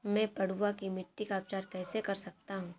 मैं पडुआ की मिट्टी का उपचार कैसे कर सकता हूँ?